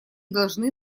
должны